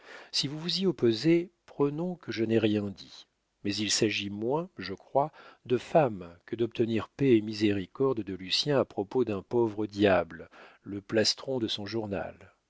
si vous vous y opposez prenons que je n'ai rien dit mais il s'agit moins je crois de femme que d'obtenir paix et miséricorde de lucien à propos d'un pauvre diable le plastron de son journal